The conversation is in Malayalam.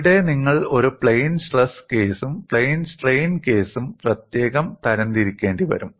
ഇവിടെ നിങ്ങൾ ഒരു പ്ലെയിൻ സ്ട്രെസ് കേസും പ്ലെയിൻ സ്ട്രെയിൻ കേസും പ്രത്യേകം തരംതിരിക്കേണ്ടിവരും